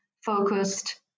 focused